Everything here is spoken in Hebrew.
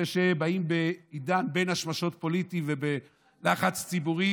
זה שבאים בעידן של "בין השמשות" הפוליטי ובלחץ ציבורי,